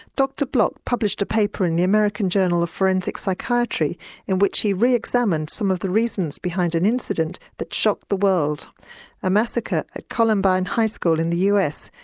dr block published a paper in the american journal of forensic psychiatry in which he re-examined some of the reasons behind an incident that shocked the world a massacre at columbine high school in the us,